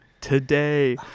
Today